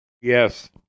Yes